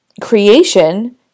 creation